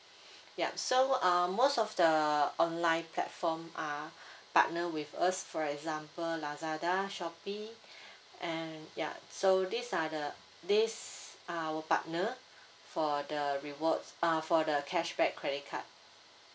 yup so um most of the online platform are partnered with us for example lazada shopee and ya so these are the these are our partner for the rewards uh for the cashback credit card